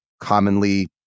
commonly